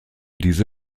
diese